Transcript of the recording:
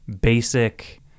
basic